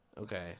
Okay